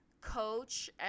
coach